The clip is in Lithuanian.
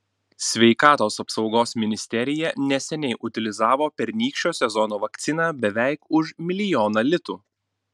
sveikatos apsaugos ministerija neseniai utilizavo pernykščio sezono vakciną beveik už milijoną litų